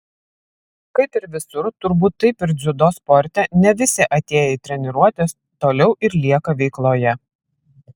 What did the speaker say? kaip ir visur turbūt taip ir dziudo sporte ne visi atėję į treniruotes toliau ir lieka veikloje